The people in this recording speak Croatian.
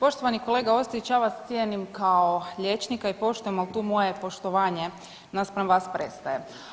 Poštovani kolega Ostojić ja vas cijenim kao liječnika i poštujem ali tu moje poštovanje naspram vas prestaje.